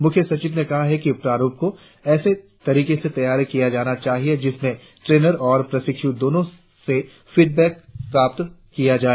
मुख्य सचिव ने कहा कि प्रारुप को ऐसे तरीके से तैयार किया जाना चाहिए जिसमें ट्रेनर और प्रशिक्षू दोनों से फीड बेक प्राप्त किया जाए